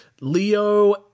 Leo